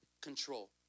control